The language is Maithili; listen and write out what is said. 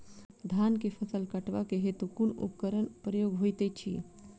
धान केँ फसल कटवा केँ हेतु कुन उपकरणक प्रयोग होइत अछि?